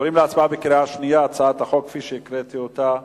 עוברים להצבעה בקריאה שנייה על הצעת החוק כפי שקראתי אותה.